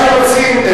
אז מה שרוצים,